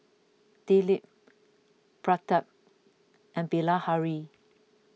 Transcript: Dilip Pratap and Bilahari